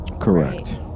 Correct